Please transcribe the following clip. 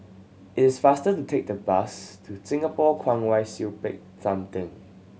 it is faster to take the bus to Singapore Kwong Wai Siew Peck San Theng